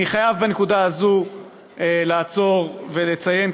אני חייב בנקודה הזאת לעצור ולציין,